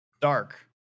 dark